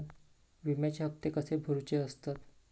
विम्याचे हप्ते कसे भरुचे असतत?